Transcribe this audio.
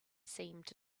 seemed